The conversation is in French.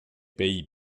pays